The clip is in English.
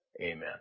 Amen